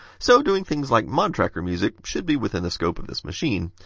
so, doing things like mod tracker music should be within the scope of this machine.